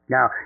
Now